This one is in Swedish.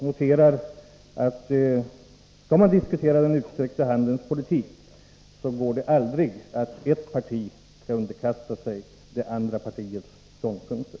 Vill man bedriva den utsträckta handens politik kan man inte kräva att ett parti skall underkasta sig det andra partiets ståndpunkter.